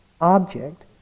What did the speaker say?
object